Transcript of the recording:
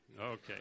Okay